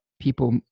people